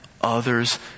others